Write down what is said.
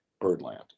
Birdland